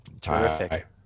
Terrific